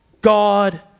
God